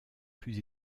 plus